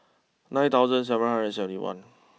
nine thousand seven hundred and seventy one